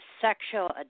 sexual